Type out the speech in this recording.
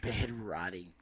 Bed-rotting